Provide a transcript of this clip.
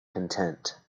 content